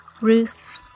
Ruth